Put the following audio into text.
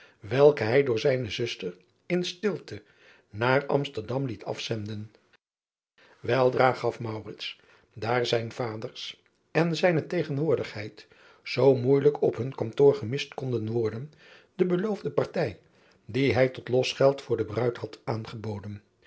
welke hij door zijne zuster in stilte naar msterdam liet afzenden eldra gaf daar zijns vaders en zijne tegenwoordigheid zoo moeijelijk op hun kantoor gemist konden worden de beloofde partij die hij tot losgeld voor de bruid had aangeboden